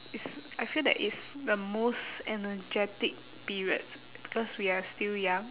is I feel that it's the most energetic periods because we are still young